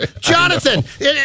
Jonathan